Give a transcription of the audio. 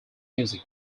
music